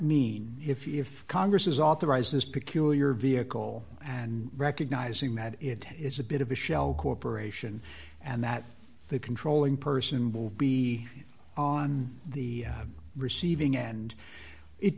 mean if congress has authorized this peculiar vehicle and recognizing that it is a bit of a shell corporation and that the controlling person will be on the receiving end it